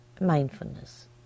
mindfulness